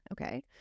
okay